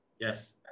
Yes